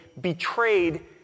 betrayed